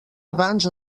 abans